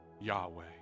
Yahweh